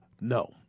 no